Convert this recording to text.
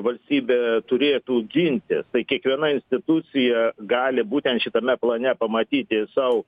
valstybė turėtų gintis tai kiekviena institucija gali būtent šitame plane pamatyti sau